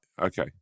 okay